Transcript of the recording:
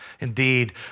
Indeed